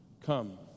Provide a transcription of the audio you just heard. Come